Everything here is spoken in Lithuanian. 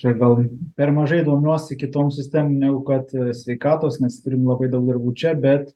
čia gal per mažai domiuosi kitom sistemom negu kad sveikatos nes turim labai daug darbų čia bet